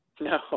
No